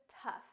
tough